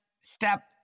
step